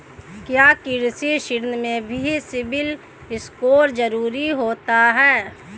क्या कृषि ऋण में भी सिबिल स्कोर जरूरी होता है?